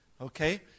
Okay